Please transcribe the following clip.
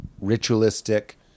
ritualistic